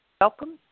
Welcome